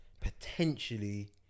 potentially